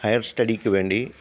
higher സ്റ്റഡീക്ക് വേണ്ടി